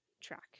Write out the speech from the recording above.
track